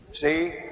See